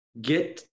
get